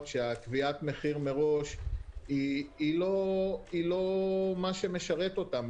שקביעת המחיר מראש אינה מה שמשרת אותם.